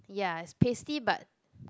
ya it's pasty but